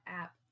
app